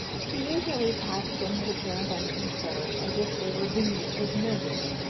he usually passed them with apparent unconcern, as if they were beneath his notice.